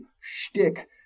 shtick